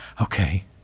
Okay